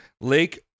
Lake